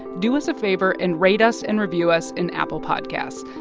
do us a favor and rate us and review us in apple podcasts.